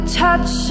touch